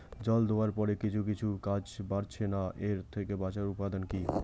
জল দেওয়ার পরে কিছু কিছু গাছ বাড়ছে না এর থেকে বাঁচার উপাদান কী?